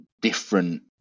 different